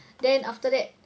then then after that